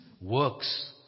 works